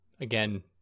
again